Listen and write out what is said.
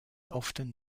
often